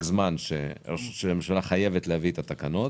זמן שבו הממשלה חייבת להביא את התקנות.